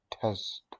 test